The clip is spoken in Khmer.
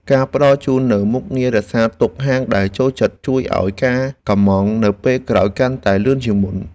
ការផ្តល់ជូននូវមុខងាររក្សាទុកហាងដែលចូលចិត្តជួយឱ្យការកុម្ម៉ង់នៅពេលក្រោយកាន់តែលឿនជាងមុន។